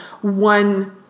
one